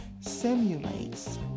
simulates